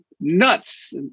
nuts